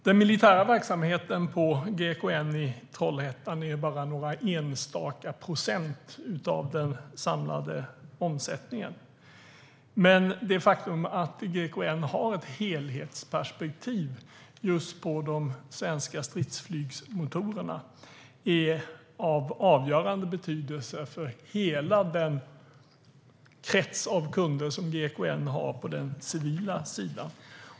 Den militära verksamheten på GKN i Trollhättan står för bara några enstaka procent av den samlade omsättningen. Men det faktum att GKN har ett helhetsperspektiv på de svenska stridsflygsmotorerna är av avgörande betydelse för hela den krets av kunder som GKN har på den civila sidan.